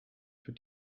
für